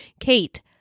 Kate